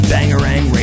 Bangarang